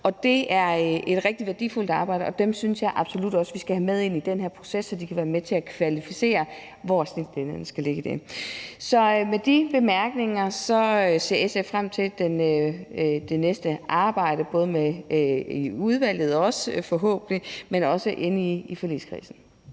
Det er et rigtig værdifuldt arbejde, og dem synes jeg absolut også vi skal have med ind i den her proces, så de kan være med til at kvalificere, hvor snittet skal lægges. Så med de bemærkninger ser SF frem til det kommende arbejde, forhåbentlig både i udvalget og i forligskredsen.